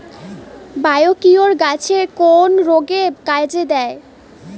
Biocure গাছের কোন রোগে কাজেদেয়?